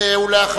בבקשה.